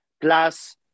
plus